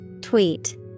Tweet